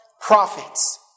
prophets